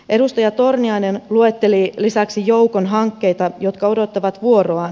edustaja torniainen luetteli lisäksi joukon hankkeita jotka odottavat vuoroaan